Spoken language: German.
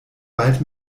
bald